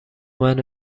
منو